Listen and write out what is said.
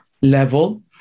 level